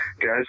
Guys